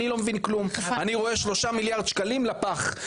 אני לא מבין כלום אני רואה 3 מיליארד שקלים לפח,